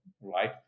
right